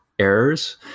errors